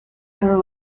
are